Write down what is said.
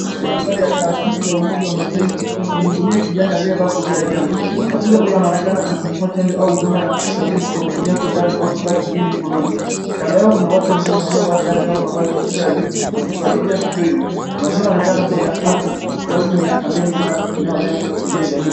Sare ya taasisi ya Umoja wa Mataifa akimhudumia kijana aliyevaa kofia ya ajabu. Afisa huyu anaonekana akimpa chanjo au huduma ya kitabibu kwa kutumia sindano au kifaa kingine mkononi. Kando yao kuna watu wengine waliovaa sare au mavazi ya kikazi wakifuatilia tukio hilo. Mazingira yanaonekana kuwa ya hafla rasmi ya kampeni ya afya inayolenga kusaidia jamii.